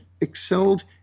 excelled